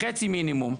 חצי מינימום.